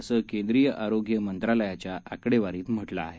असं केंद्रीय आरोग्य मंत्रालयाच्या आकडेवारीत म्हटलं आहे